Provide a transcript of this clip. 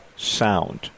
Sound